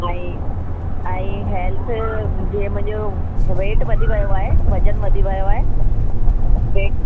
ऐं ऐं हेल्थ जे मुंहिंजो वेट वधी वियो आहे वज़न वधी वियो आहे ऐं